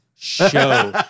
Show